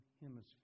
Hemisphere